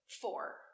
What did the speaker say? Four